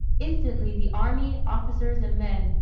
instantly the army, officers and men,